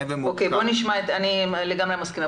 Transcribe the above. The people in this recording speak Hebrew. אני לגמרי מסכימה.